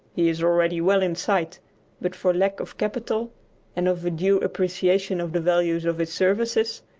he is already well in sight but for lack of capital and of a due appreciation of the value of his services,